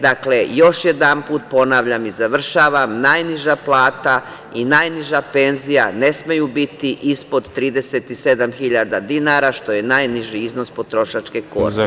Dakle, još jedanput ponavljam i završavam, najniža plata i najniža penzija ne smeju biti ispod 37.000 dinara, što je najniži iznos potrošačke korpe.